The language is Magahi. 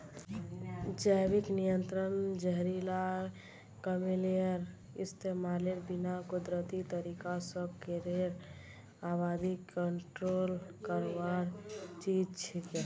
जैविक नियंत्रण जहरीला केमिकलेर इस्तमालेर बिना कुदरती तरीका स कीड़ार आबादी कंट्रोल करवार चीज छिके